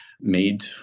made